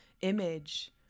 image